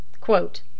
Quote